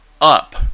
up